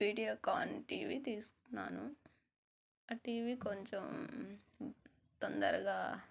Videocon TV తీసుకున్నాను ఆ TV కొంచెం తొందరగా